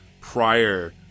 prior